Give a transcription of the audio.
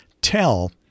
tell